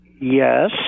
Yes